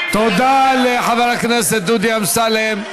תודה לחבר הכנסת דודי אמסלם.